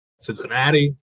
Cincinnati